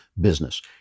business